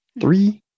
three